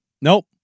Nope